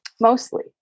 Mostly